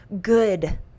good